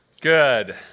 Good